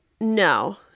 No